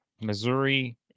Missouri